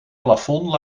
plafond